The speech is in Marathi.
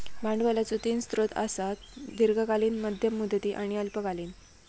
भांडवलाचो तीन स्रोत आसत, दीर्घकालीन, मध्यम मुदती आणि अल्पकालीन